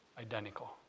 identical